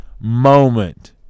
moment